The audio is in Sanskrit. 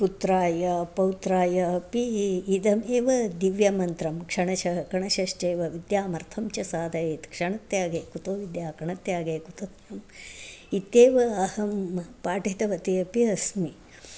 पुत्राय पौत्राय अपि इदम् एव दिव्यमन्त्रं क्षणशः कणशश्चैव विद्यामर्थं च साधयेत् क्षणत्यागे कुतो विद्या कणत्यागे कुतो धनम् इत्येव अहं पाठितवती अपि अस्मि